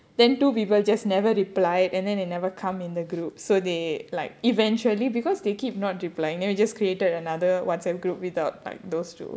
then two people just never replied and then they never come in the group so they like eventually because they keep not replying then we just created another WhatsApp group without like those two